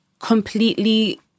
completely